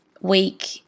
week